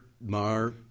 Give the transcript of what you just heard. Mar